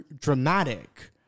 dramatic